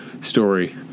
story